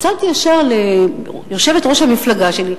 צלצלתי ישר ליושבת-ראש המפלגה שלי,